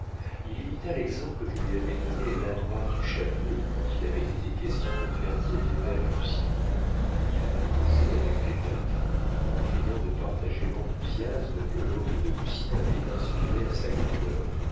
il imita l'exemple que lui avait donné l'adroit du châtelet quand il avait été question de faire dire des vers à lucien il vint causer avec l'évêque en feignant de partager l'enthousiasme que l'ode de lucien avait inspiré à sa grandeur